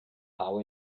how